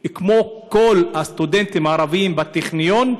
כמו כל הסטודנטים הערבים בטכניון,